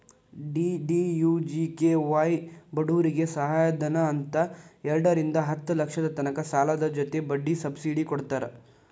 DDUGKY ಬಡೂರಿಗೆ ಸಹಾಯಧನ ಅಂತ್ ಎರಡರಿಂದಾ ಹತ್ತ್ ಲಕ್ಷದ ತನಕ ಸಾಲದ್ ಜೊತಿ ಬಡ್ಡಿ ಸಬ್ಸಿಡಿ ಕೊಡ್ತಾರ್